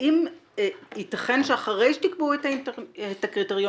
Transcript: האם ייתכן שאחרי שתקבעו את הקריטריונים,